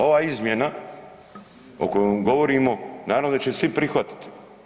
Ova izmjena o kojoj govorimo, naravno da će svi prihvatiti.